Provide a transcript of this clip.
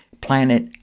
planet